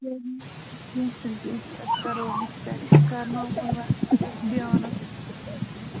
کیٚنٛہہ چھُنہٕ کیٚنٛہہ چھُنہٕ أسۍ کَرو أمِس پرٛٮ۪کٹِس کَرناوُن وۄنۍ یُس دِیانَس